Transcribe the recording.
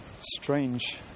strange